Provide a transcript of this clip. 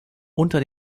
unter